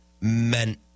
meant